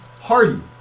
Hardy